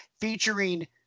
featuring